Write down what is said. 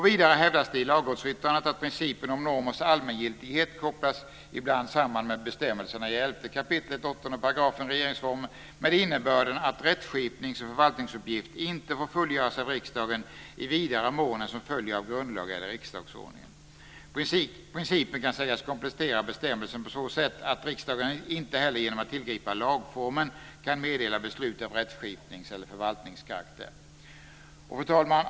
Vidare hävdas det i lagrådsyttrandet att principen om normers allmängiltighet ibland kopplas samman med bestämmelserna i 11 kap. 8 § regeringsformen med innebörden att rättsskipnings eller förvaltningsuppgift inte får fullgöras av riksdagen i vidare mån än vad som följer av grundlagen eller riksdagsordningen. Principen kan sägas komplettera bestämmelsen på så sätt att riksdagen inte heller genom att tillgripa lagformen kan meddela beslut av rättsskipnings eller förvaltningskaraktär. Fru talman!